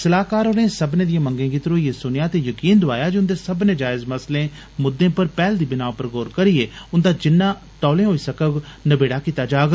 सलाहकार होरें सब्बनें दिए मंगें गी धरोइयै सुनेआ ते यकीन दोआया जे उन्दे सब्बने जायज मसलें मुद्दे पर पैहल दी बिनाह पर गौर करियै उन्दा जिन्ना तौले होई सकै नबेडा कीता जाग